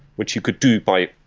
which you could do by